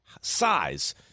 size